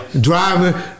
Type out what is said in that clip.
Driving